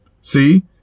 See